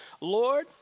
Lord